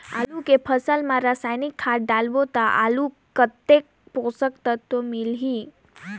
आलू के फसल मा रसायनिक खाद डालबो ता आलू कतेक पोषक तत्व मिलही?